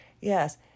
Yes